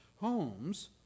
homes